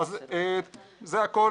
זה הכל.